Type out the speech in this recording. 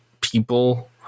people